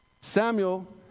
Samuel